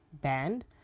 band